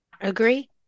Agree